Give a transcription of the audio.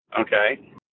Okay